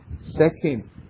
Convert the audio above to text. second